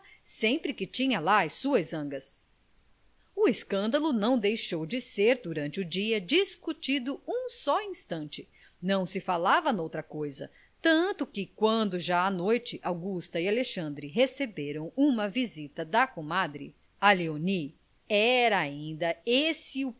sempre que tinha lá as suas zangas o escândalo não deixou de ser durante o dia discutido um só instante não se falava noutra coisa tanto que quando já à noite augusta e alexandre receberam uma visita da comadre a léonie era ainda esse